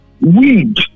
weed